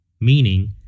meaning